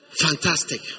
Fantastic